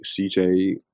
CJ